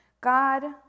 God